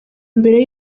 mbere